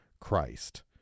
Christ